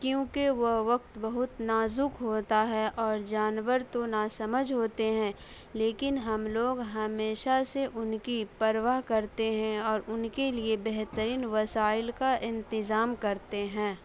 کیونکہ وہ وقت بہت نازک ہوتا ہے اور جانور تو ناسمجھ ہوتے ہیں لیکن ہم لوگ ہمیشہ سے ان کی پرواہ کرتے ہیں اور ان کے لیے بہترین وسائل کا انتظام کرتے ہیں